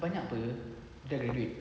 banyak [pe] dah graduate